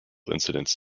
incidents